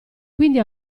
quindi